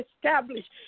established